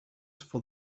for